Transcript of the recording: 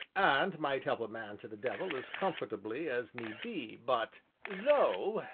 and might help a man to the devil as comfortably as need be, but though,